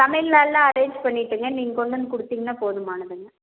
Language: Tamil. சமையல் ஆள்லாம் அரேஞ் பண்ணிவிட்டங்க நீங்கள் வந்து கொடுத்தீங்கனா போதுமானதுங்க